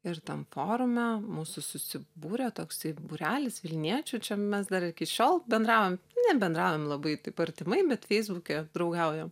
ir tam forume mūsų susibūrė toksai būrelis vilniečių čia mes dar ir iki šiol bendraujam nebendraujam labai taip artimai bet feisbuke draugaujam